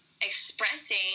expressing